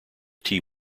tea